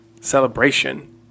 celebration